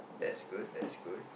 that's good that's good